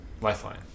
Lifeline